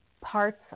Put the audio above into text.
parts